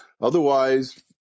Otherwise